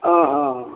ಹಾಂ ಹಾಂ ಹಾಂ